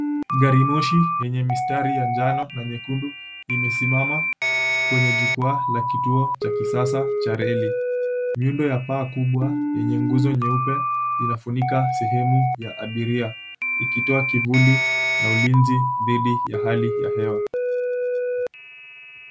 Gari moshi, yenye mistari ya njano na nyekundu, imesimama kwenye jukwaa la kituo cha kisasa cha reli. Miundo ya paa kubwa yenye nguzo nyeupe inafunika sehemu ya abiria, ikitoa kivuli na ulinzi dhidi ya hali ya hewa.